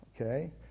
Okay